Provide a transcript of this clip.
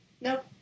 Nope